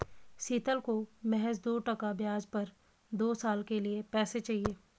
शीतल को महज दो टका ब्याज पर दो साल के लिए पैसे चाहिए